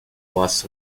was